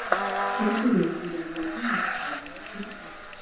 kaip derėtų reaguoti į abstrakčią kritiką